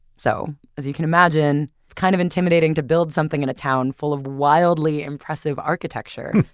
so as you can imagine, it's kind of intimidating to build something in a town full of wildly impressive architecture.